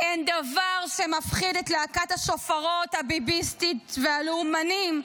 אין דבר שמפחיד את להקת השופרות הביביסטית והלאומנים,